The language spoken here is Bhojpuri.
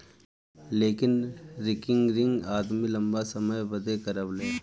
लेकिन रिकरिंग आदमी लंबा समय बदे करावेला